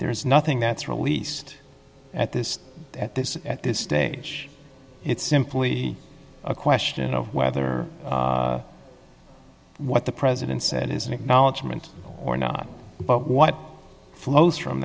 there is nothing that's real least at this at this at this stage it's simply a question of whether what the president said his an acknowledgement or not but what flows from